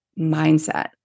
mindset